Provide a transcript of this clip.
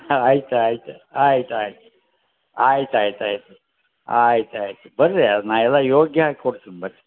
ಆಯ್ತು ಆಯ್ತು ಐತೆ ಆಯಿತು ಆಯಿತು ಆಯ್ತು ಆಯ್ತು ಆಯಿತು ಆಯಿತು ಬರ್ರಿ ನಾನು ಎಲ್ಲ ಯೋಗ್ಯ ಹಾಕೊಡ್ತೀನಿ ಬರ್ರಿ